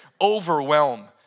overwhelm